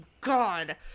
God